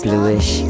Bluish